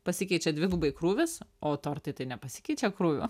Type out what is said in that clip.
pasikeičia dvigubai krūvis o tortai tai nepasikeičia krūvio